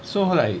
so like